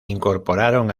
incorporaron